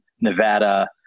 Nevada